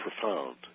profound